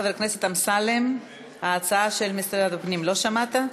חבר הכנסת אמסלם, ההצעה של משרד הפנים, לא שמעת?